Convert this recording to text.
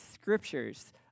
scriptures